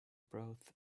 both